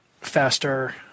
faster